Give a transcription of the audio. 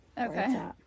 Okay